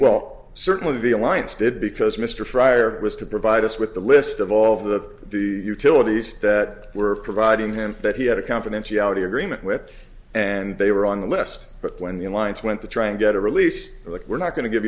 well certainly the alliance did because mr fryer was to provide us with the list of all of the utilities that were providing him that he had a confidentiality agreement with and they were on the list but when the alliance went to try and get a release that we're not going to give